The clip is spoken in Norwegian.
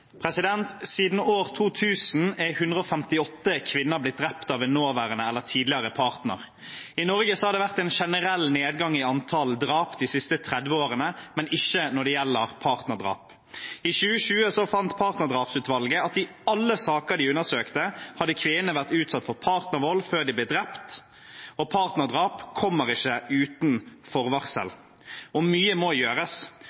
Siden år 2000 er 158 kvinner blitt drept av partneren eller en tidligere partner. I Norge har det vært en generell nedgang i antall drap de siste 30 årene, men ikke når det gjelder partnerdrap. I 2020 fant partnerdrapsutvalget ut at i alle saker de undersøkte, hadde kvinnene vært utsatt for partnervold før de ble drept. Partnerdrap kommer ikke uten